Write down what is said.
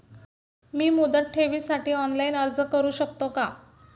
मी मुदत ठेवीसाठी ऑनलाइन अर्ज करू शकतो का?